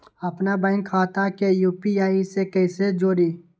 अपना बैंक खाता के यू.पी.आई से कईसे जोड़ी?